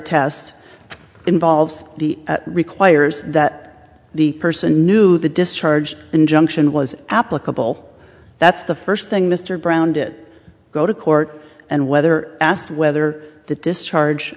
test involved the requires that the person knew the discharge injunction was applicable that's the first thing mr brown did go to court and whether asked whether the discharge